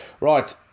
Right